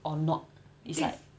or not it's like